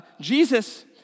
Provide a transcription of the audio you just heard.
Jesus